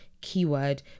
Keyword